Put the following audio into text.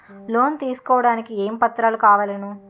Loan తీసుకోడానికి ఏమేం పత్రాలు కావలెను?